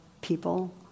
people